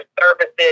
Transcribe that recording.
services